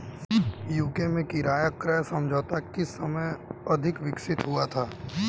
UK में किराया क्रय समझौता किस समय अधिक विकसित हुआ था?